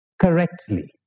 Correctly